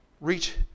Reach